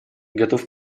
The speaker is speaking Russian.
готов